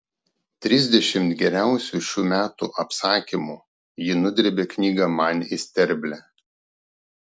trisdešimt geriausių šių metų apsakymų ji nudrėbė knygą man į sterblę